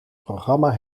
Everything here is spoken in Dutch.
programma